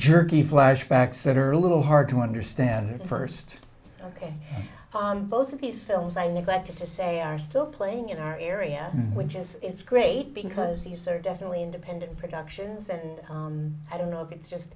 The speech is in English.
jerky flashbacks that are a little hard to understand first on both of these films i neglected to say are still playing in our area which is it's great because these are definitely independent productions and i don't know if it's just